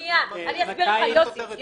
תגיד שהיא נגד ייצוג הולם.